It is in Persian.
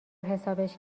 حسابش